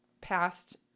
past